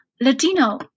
Latino